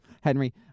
Henry